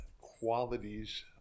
qualities